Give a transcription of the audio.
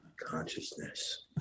Consciousness